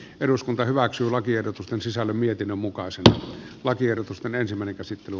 eduskunta hyväksyy lakiehdotusten sisällön mietinnön mukaan sekä lakiehdotus on ensimmäinen käsittely